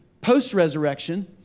post-resurrection